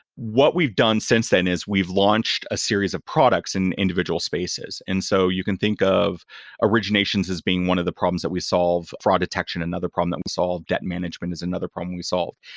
what we've done since then as we've launched a series of products in individual spaces. and so you can think of originations as being one of the problems that we solve. fraud detection, another problem that we solve. debt management is another problem we solve.